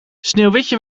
sneeuwwitje